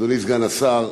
אדוני סגן השר,